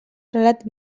relat